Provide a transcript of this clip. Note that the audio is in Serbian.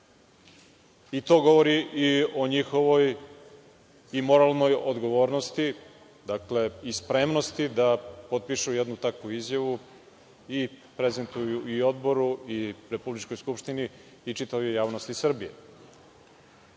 govori i o njihovoj moralnoj odgovornosti i spremnosti da potpišu jednu takvu izjavu i prezentuju i Odboru i republičkoj Skupštini i čitavoj javnosti